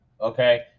Okay